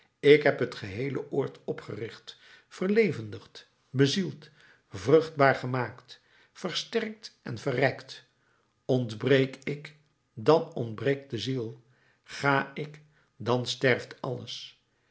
ik heb het geheele oord opgericht verlevendigd bezield vruchtbaar gemaakt versterkt en verrijkt ontbreek ik dan ontbreekt de ziel ga ik dan sterft alles